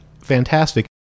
fantastic